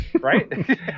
right